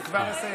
אני כבר מסיים.